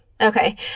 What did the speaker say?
Okay